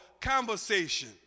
conversation